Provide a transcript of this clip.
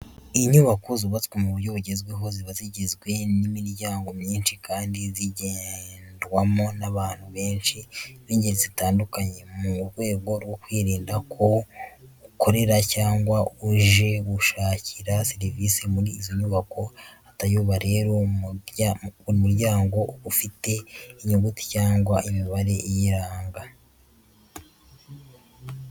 Inyubako zubatse mu buryo bugezweho, ziba zigizwe n'imiryango myinshi kandi zigendwamo n'abantu benshi b'ingeri zitandukanye. Mu rwego rwo kwirinda ko ukorera cyangwa uje gushakira serivisi muri izo nyubako atayoba rero, buri muryango uba ufite inyuguti cyangwa imibare iyiranga.